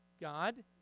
God